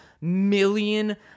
million